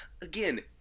Again